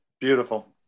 Beautiful